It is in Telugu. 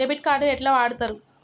డెబిట్ కార్డు ఎట్లా వాడుతరు?